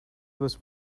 was